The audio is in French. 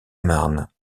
marne